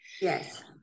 Yes